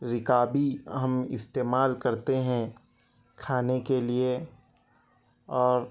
رکابی ہم استعمال کرتے ہیں کھانے کے لیے اور